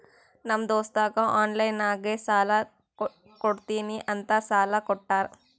ನಮ್ ದೋಸ್ತಗ ಆನ್ಲೈನ್ ನಾಗೆ ಸಾಲಾ ಕೊಡ್ತೀನಿ ಅಂತ ಸಾಲಾ ಕೋಟ್ಟಾರ್